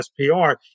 SPR